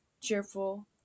cheerful